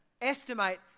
estimate